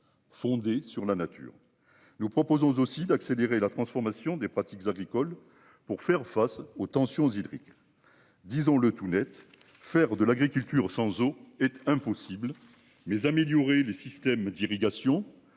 Fondée sur la nature. Nous proposons aussi d'accélérer la transformation des pratiques agricoles pour faire face aux tensions hydrique. Disons-le tout Net, faire de l'agriculture sans eau et impossible mais améliorer les systèmes d'irrigation,